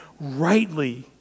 rightly